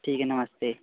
ठीक है नमस्ते